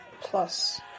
plus